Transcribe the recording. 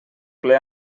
ple